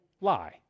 lie